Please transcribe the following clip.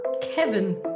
Kevin